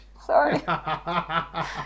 sorry